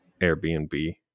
Airbnb